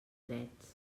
drets